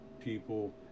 people